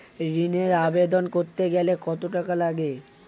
ঋণের আবেদন করতে গেলে কত টাকা লাগে?